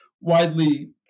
widely